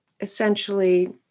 essentially